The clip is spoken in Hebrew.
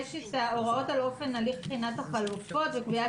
יש הוראות על אופן הליך בחינת החלופות בקביעת